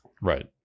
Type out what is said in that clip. right